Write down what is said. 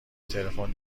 تلفن